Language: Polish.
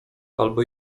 albo